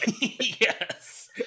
Yes